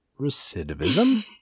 recidivism